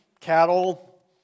cattle